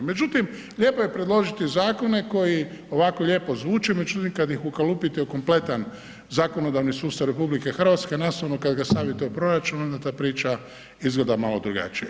Međutim, lijepo je predložiti zakone koji ovako lijepo zvuče, međutim, kad ih ukalupite u kompletan zakonodavni sustav RH, nastavno kad ga stavite u proračun, onda ta priča izgleda malo drugačije.